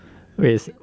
ways